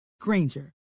granger